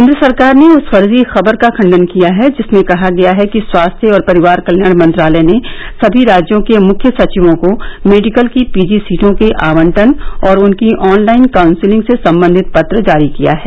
केन्द्र सरकार ने उस फर्जी खबर का खण्डन किया है जिसमें कहा गया है कि स्वास्थ्य और परिवार कल्याण मंत्रालय ने सभी राज्यों के मुख्य सचिवों को मेडिकल की पीजी सीटों के आवंटन और उनकी ऑनलाइन काउंसलिंग से संबंधित पत्र जारी किया है